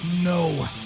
no